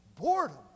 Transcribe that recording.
boredom